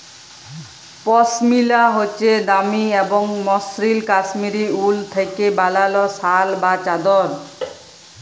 পশমিলা হছে দামি এবং মসৃল কাশ্মীরি উল থ্যাইকে বালাল শাল বা চাদর